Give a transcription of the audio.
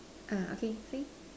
uh okay say